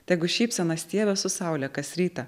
tegu šypsena stiebias su saule kas rytą